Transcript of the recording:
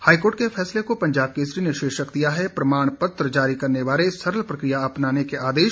high court के फैसले को पंजाब केसरी ने शीर्षक दिया है प्रमाण पत्र जारी करने बारे सरल प्रकिया अपनाने के आदेश